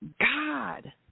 God